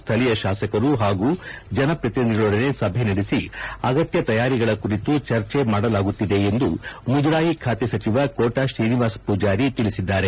ಸ್ಥಳೀಯ ಶಾಸಕರು ಹಾಗೂ ಜನಪ್ರತಿನಿಧಿಗಳೊಡನ ಸಭೆ ನಡೆಸಿ ಅಗತ್ಯ ತಯಾರಿಗಳ ಕುರಿತು ಚರ್ಚೆ ಮಾಡಲಾಗುತ್ತಿದೆ ಎಂದು ಮುಜರಾಯ ಖಾತೆ ಸಚಿವ ಕೋಟ ಶ್ರೀನಿವಾಸ ಪೂಜಾಲಿ ಹೇಳದ್ದಾರೆ